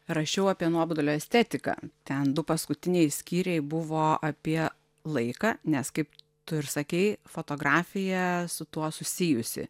rašiau apie nuobodulio estetiką ten du paskutiniai skyriai buvo apie laiką nes kaip tu ir sakei fotografija su tuo susijusi